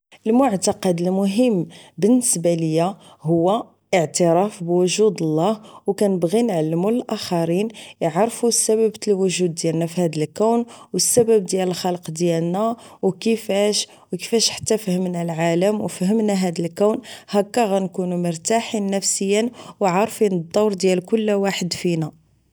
المعتقد المهم بالنسبة ليا هو الاعتراف بوجود الله و كنبغي نعلمو الاخرين اعرفو سبب الوجود ديالنا فهاد الكون و السبب ديال الخلق ديالنا و كيفاش-كيفاش حتى فهمنا العالم و فهمنا هاد الكون هكا غنكونو مرتاحين نفسيا و عارفين الدور ديال كل واحد١ فينا١